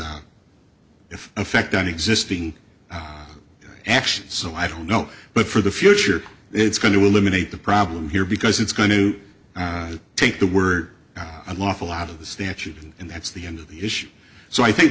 if affect on existing actions so i don't know but for the future it's going to eliminate the problem here because it's going to take the word unlawful out of the statute and that's the end of the issue so i think